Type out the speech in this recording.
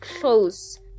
close